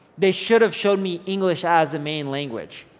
they should have showed me english as the main language.